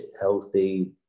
healthy